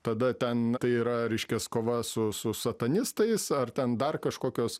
tada ten yra reiškias kova su su satanistais ar ten dar kažkokios